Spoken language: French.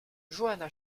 johanna